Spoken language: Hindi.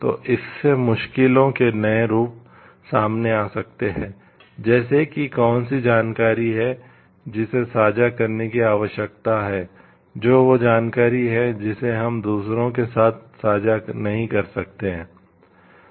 तो इससे मुश्किलों के नए रूप सामने आ सकते हैं जैसे कि कौन सी जानकारी है जिसे साझा करने की आवश्यकता है जो वह जानकारी है जिसे हम दूसरों के साथ साझा नहीं करते हैं